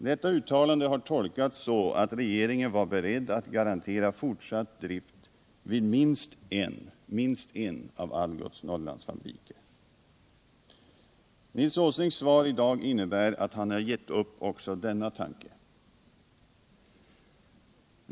Detta uttalande har tolkats så, att regeringen var beredd att garantera fortsatt drift vid minst en av Algots Norrlandsfabriker. Nils Åslings svar i dag innebär att han har gett upp också denna tanke.